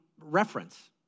reference